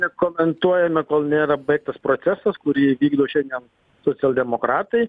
nekomentuojame kol nėra baigtas procesas kurį vykdo šiandien socialdemokratai